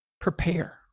prepare